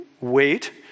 wait